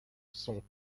son